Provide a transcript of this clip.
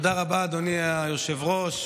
היושב-ראש,